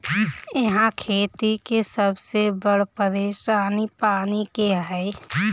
इहा खेती के सबसे बड़ परेशानी पानी के हअ